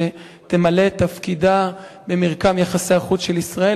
שתמלא את תפקידה במרקם יחסי החוץ של ישראל